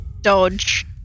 dodge